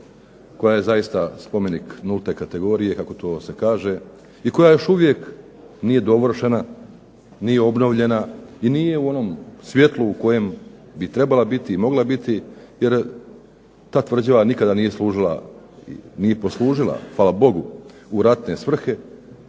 koja je zaista spomenik nulte kategorije kako god se to kaže i koja još uvijek nije dovršena, nije obnovljena i nije u onom svjetlu u kojem bi trebala biti i mogla biti. Jer ta tvrđava nikada nije služila ni poslužila, hvala Bogu, u ratne svrhe